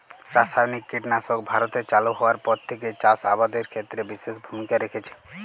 রাসায়নিক কীটনাশক ভারতে চালু হওয়ার পর থেকেই চাষ আবাদের ক্ষেত্রে বিশেষ ভূমিকা রেখেছে